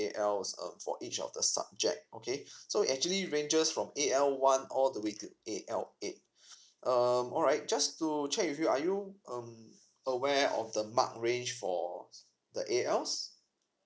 A_Ls uh for each of the subject okay so actually ranges from A_L one all the way to A_L eight um alright just to check with you are you um aware of the mark range for the A_Ls